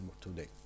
today